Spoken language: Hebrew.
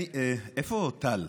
איפה טל?